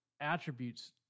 attributes